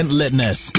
litness